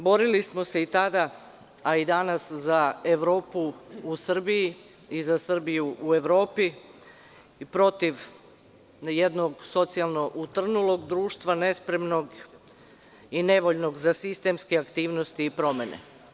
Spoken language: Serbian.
Borili smo se i tada, a i danas za Evropu u Srbiji i za Srbiju u Evropi, i protiv jednog socijalnog utrnulog društva nespremnog i nevoljnog za sistemske aktivnosti i promene.